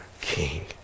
king